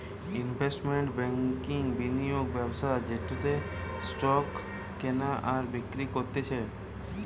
investment ব্যাংকিংবিনিয়োগ ব্যবস্থা যেটাতে স্টক কেনে আর বিক্রি করতিছে